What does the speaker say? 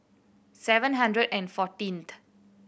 seven hundred and fourteenth